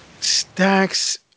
Stacks